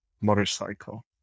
motorcycle